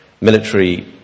military